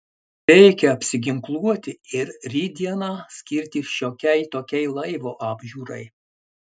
reikia apsiginkluoti ir rytdieną skirti šiokiai tokiai laivo apžiūrai